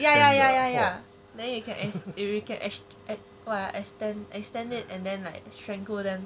ya ya ya ya ya then you can actually like extend and then strangle them